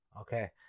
Okay